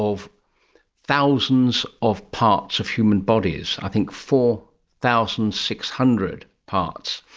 of thousands of parts of human bodies, i think four thousand six hundred parts,